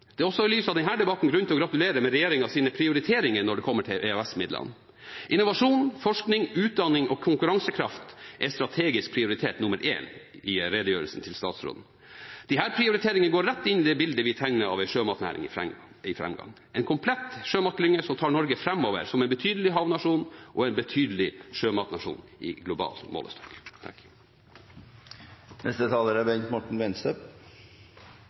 Det er også i lys av denne debatten grunn til å gratulere med regjeringens prioriteringer når det kommer til EØS-midlene. Innovasjon, forskning, utdanning og konkurransekraft er strategisk prioritet nr. 1 i redegjørelsen fra statsråden. Disse prioriteringene går rett inn i det bildet vi tegner av en sjømatnæring i framgang, en komplett sjømatklynge som tar Norge framover som en betydelig havnasjon og en betydelig sjømatnasjon i global målestokk.